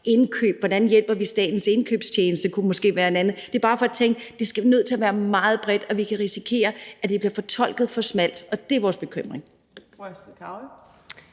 indkøb, hvordan hjælper vi Staten og Kommunernes Indkøbsservice? Det kunne måske være noget andet. Det er bare for at sige, at det er nødt til at være meget bredt, og vi kan risikere, at det bliver fortolket for smalt. Det er vores bekymring.